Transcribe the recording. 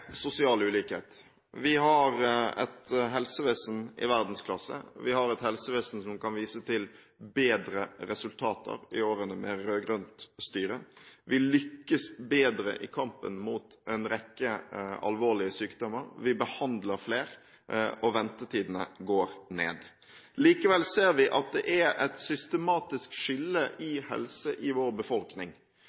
sosial ulikhet. Vi har et helsevesen i verdensklasse, vi har et helsevesen som kan vise til bedre resultater i årene med rød-grønt styre. Vi lykkes bedre i kampen mot en rekke alvorlige sykdommer, vi behandler flere, og ventetidene går ned. Likevel ser vi at det er et systematisk skille i helse i vår befolkning.